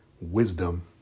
wisdom